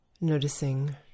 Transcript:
Noticing